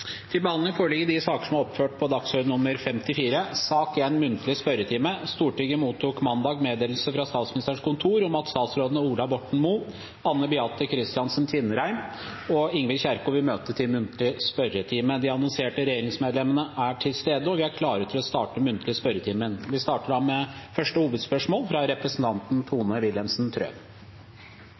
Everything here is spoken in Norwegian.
til muntlig spørretime. De annonserte regjeringsmedlemmene er til stede, og vi er klare til å starte den muntlige spørretimen. Vi starter da med første hovedspørsmål, fra representanten Tone Wilhelmsen